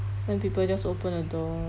then people just open the door